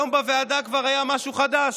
היום בוועדה כבר היה משהו חדש,